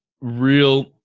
Real